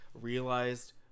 realized